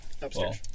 Upstairs